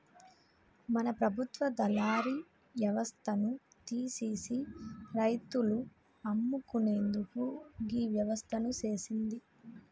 మన ప్రభుత్వ దళారి యవస్థను తీసిసి రైతులు అమ్ముకునేందుకు గీ వ్యవస్థను సేసింది